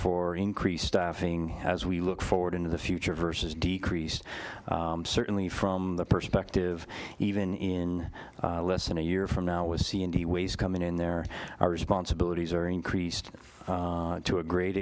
for increased staffing as we look forward into the future versus decrease certainly from the perspective even less than a year from now we'll see and he weighs coming in there are responsibilities are increased to a great